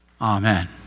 Amen